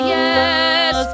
yes